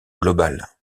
global